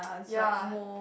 ya